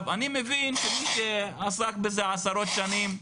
אני מבין שמי שעסק בזה עשרות שנים,